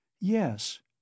Yes